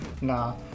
Nah